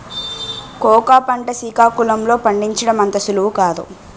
cocoa పంట సికాకుళం లో పండించడం అంత సులువు కాదు